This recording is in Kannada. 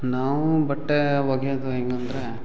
ನಾವು ಬಟ್ಟೆ ಒಗಿಯದು ಹೆಂಗಂದರೆ